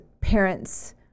parents